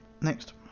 Next